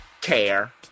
care